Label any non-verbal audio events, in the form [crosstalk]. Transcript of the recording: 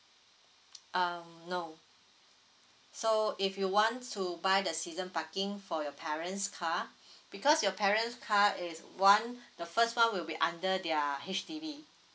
um no so if you want to buy the season parking for your parents' car [breath] because your parents' car is one the first one will be under their H_D_B